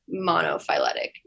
monophyletic